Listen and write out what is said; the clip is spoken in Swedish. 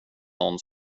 någon